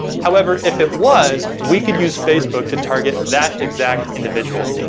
however, if it was, we could use facebook to target that exact individual.